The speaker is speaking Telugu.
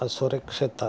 అసురక్షిత